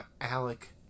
Alec